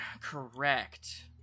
Correct